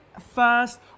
first